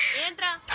and